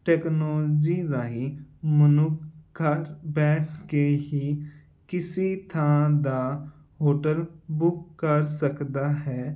technology ਰਾਹੀਂ ਮਨੁੱਖ ਘਰ ਬੈਠ ਕੇ ਹੀ ਕਿਸੀ ਥਾਂ ਦਾ ਹੋਟਲ ਬੁੱਕ ਕਰ ਸਕਦਾ ਹੈ